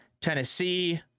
Tennessee